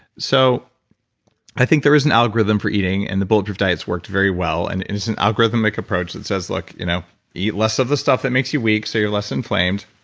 so i think there is an algorithm for eating and the bulletproof diets worked very well. and it's an algorithmic approach that says you know eat less of the stuff that makes you weak so you're less inflamed.